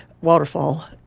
waterfall